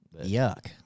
Yuck